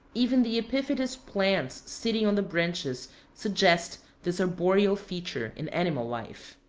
even the epiphytous plants sitting on the branches suggest this arboreal feature in animal life.